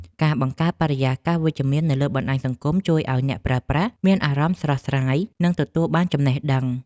ការបង្កើតបរិយាកាសវិជ្ជមាននៅលើបណ្តាញសង្គមជួយឱ្យអ្នកប្រើប្រាស់មានអារម្មណ៍ស្រស់ស្រាយនិងទទួលបានចំណេះដឹង។